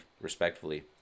respectfully